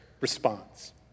response